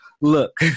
Look